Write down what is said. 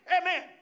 Amen